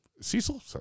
Cecil